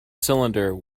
cylinder